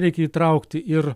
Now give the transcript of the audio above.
reikia įtraukti ir